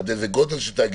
עד איזה גודל של תאגידים.